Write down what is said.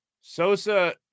Sosa